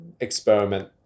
experiment